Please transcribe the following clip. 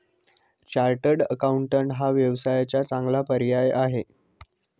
chartered accountant हा व्यवसायाचा चांगला पर्याय आहे